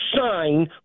sign